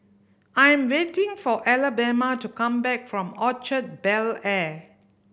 I'm waiting for Alabama to come back from Orchard Bel Air